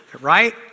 right